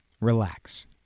Relax